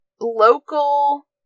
local